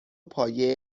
پایه